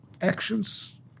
actions